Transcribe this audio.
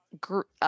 group